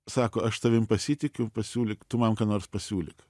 sako aš tavim pasitikiu pasiūlyk tu man ką nors pasiūlyk